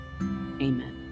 Amen